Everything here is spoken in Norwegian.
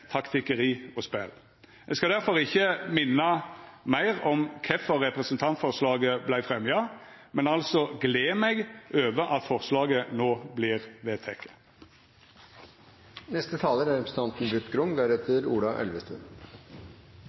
taktikkeri og spel. Eg skal difor ikkje minna meir om kvifor representantforslaget vart fremja, men eg gler meg altså over at forslaget